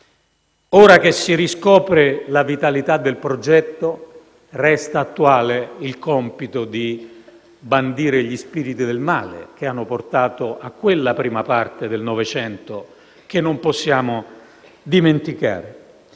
Ora che si riscopre la vitalità del progetto, resta attuale il compito di bandire gli spiriti del male, che hanno portato a quella prima parte del Novecento che non possiamo dimenticare.